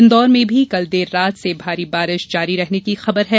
इंदौर में भी कल देर रात से भारी बारिश जारी रहने की खबर है